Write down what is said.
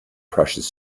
precious